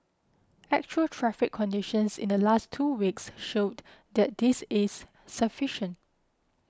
actual traffic conditions in the last two weeks showed that this is sufficient